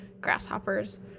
grasshoppers